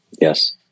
Yes